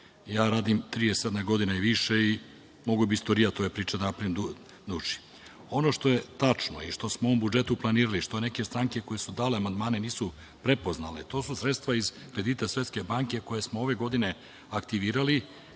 Ja radim 37 godina i više, i moga bi istorijat ove priče da napravim dužim. Ono što je tačno i što smo u budžetu planirali, što neke stranke koje su dale amandmane nisu prepoznale, to su sredstva iz kredita Svetske banke koje smo ove godine aktivirali,